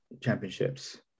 Championships